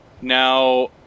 now